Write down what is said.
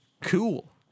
cool